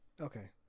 Okay